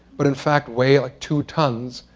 but in fact weigh like two tons,